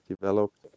Developed